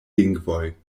lingvoj